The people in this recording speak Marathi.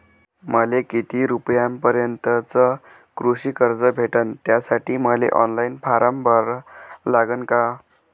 मले किती रूपयापर्यंतचं कृषी कर्ज भेटन, त्यासाठी मले ऑनलाईन फारम भरा लागन का?